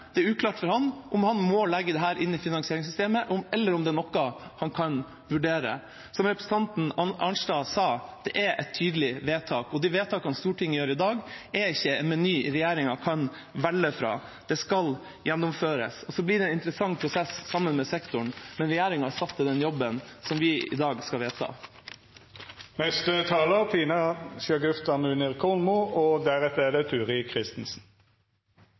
det er uklart for ham om han må legge dette inn i finansieringssystemet, eller om det er noe han kan vurdere. Som representanten Arnstad sa, det er et tydelig vedtak, og de vedtakene Stortinget gjør i dag, er ikke en meny regjeringa kan velge fra. Det skal gjennomføres. Så blir det interessant å sette seg sammen med sektoren, men regjeringa er satt til den jobben som vi i dag skal